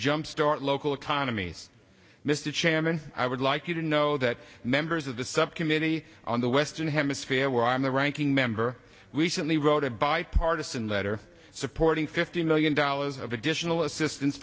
jumpstart local economies mr chairman i would like you to know that members of the subcommittee on the western hemisphere where i'm the ranking member recently wrote a bipartisan letter supporting fifty million dollars of additional assistance